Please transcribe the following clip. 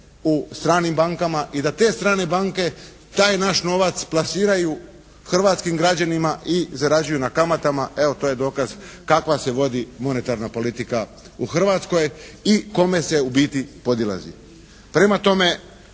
u stranim bankama i da te strane banke taj naš novac plasiraju hrvatskim građanima i zarađuju na kamatama, evo to je dokaz kakva se vodi monetarna politika u Hrvatskoj i kome se u biti podilazi. Prema tome